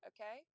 Okay